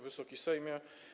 Wysoki Sejmie!